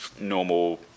normal